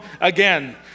again